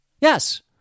Yes